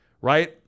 right